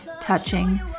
touching